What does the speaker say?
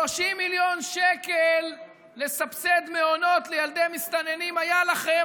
30 מיליון שקל לסבסד מעונות לילדי מסתננים היו לכם,